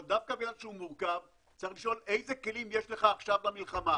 אבל דווקא בגלל שהוא מורכב צריך לשאול: איזה כלים יש לך עכשיו במלחמה?